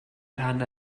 rhan